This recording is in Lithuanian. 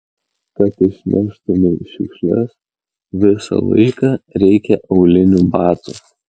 kad išneštumei šiukšles visą laiką reikia aulinių batų